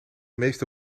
meeste